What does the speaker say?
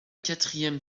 quatrième